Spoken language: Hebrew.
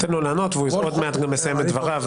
תן לו לענות, ועוד מעט הוא גם מסיים את דבריו.